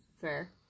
Fair